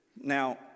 Now